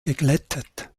geglättet